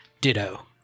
ditto